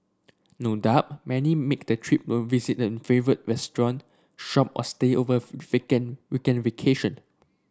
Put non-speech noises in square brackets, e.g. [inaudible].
no doubt many make the trip to visit a favourite restaurant shop or stay over of [unintelligible] weekend vacation